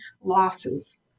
losses